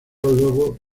luego